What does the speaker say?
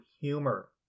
humor